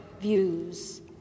views